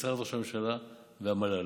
משרד ראש הממשלה והמל"ל,